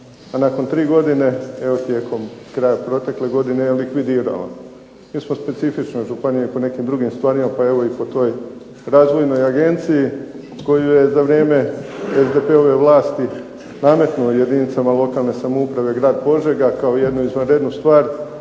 a nakon tri godine jel' tijekom kraja protekle godine je likvidirala. Mi smo specifična županija i po nekim drugim stvarima, pa evo i po toj razvojnoj agenciji koju je za vrijeme SDP-ove vlasti nametnuo jedinicama lokalne samouprave grad Požega kao jednu izvanrednu stvar.